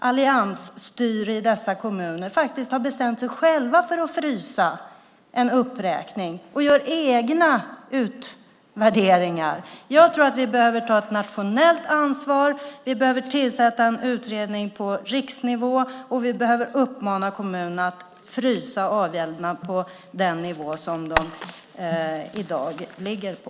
Alliansstyret i dessa kommuner har bestämt sig själva för att frysa en uppräkning och göra egna utvärderingar. Jag tror att vi behöver ta ett nationellt ansvar. Vi behöver tillsätta en utredning på riksnivå, och vi behöver uppmana kommunerna att frysa avgälderna på den nivå som de i dag ligger på.